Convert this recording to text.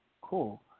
Cool